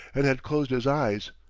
and had closed his eyes.